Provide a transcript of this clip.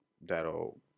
that'll